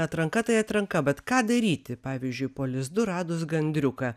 atranka tai atranka bet ką daryti pavyzdžiui po lizdu radus gandriuką